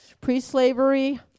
Pre-slavery